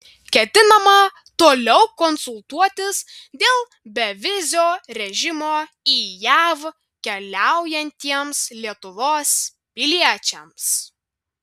ketinama toliau konsultuotis dėl bevizio režimo į jav keliaujantiems lietuvos piliečiams